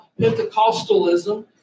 Pentecostalism